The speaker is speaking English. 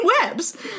webs